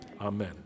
Amen